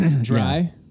Dry